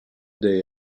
day